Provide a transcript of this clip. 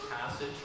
passage